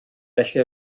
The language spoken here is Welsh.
felly